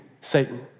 Satan